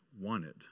wanted